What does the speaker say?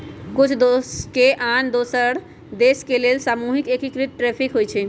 कुछ देश के आन दोसर देश के लेल सामूहिक एकीकृत टैरिफ होइ छइ